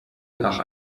nach